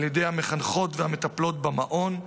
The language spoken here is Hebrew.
על ידי המחנכות והמטפלות במעון.